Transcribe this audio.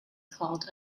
called